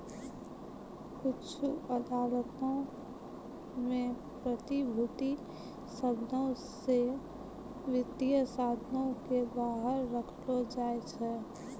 कुछु अदालतो मे प्रतिभूति शब्दो से वित्तीय साधनो के बाहर रखलो जाय छै